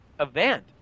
event